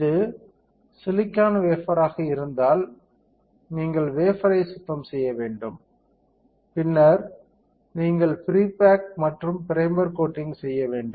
இது சிலிக்கான் வேபர்ராக இருந்தால் நீங்கள் வேபர்ரை சுத்தம் செய்ய வேண்டும் பின்னர் நீங்கள் ப்ரீ பேக் மற்றும் ப்ரைமர் கோட்டிங் செய்ய வேண்டும்